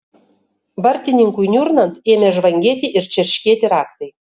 vartininkui niurnant ėmė žvangėti ir čerškėti raktai